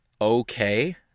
okay